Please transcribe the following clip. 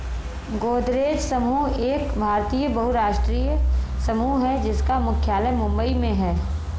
गोदरेज समूह एक भारतीय बहुराष्ट्रीय समूह है जिसका मुख्यालय मुंबई में है